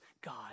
God